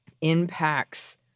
impacts